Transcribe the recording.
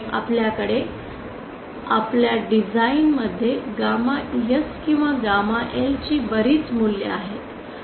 आपल्याकडे आपल्या डिझाइन मध्ये गॅमा S किंवा गॅमा L ची बरीच मूल्ये आहेत